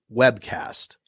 webcast